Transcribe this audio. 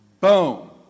Boom